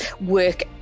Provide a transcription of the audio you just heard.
work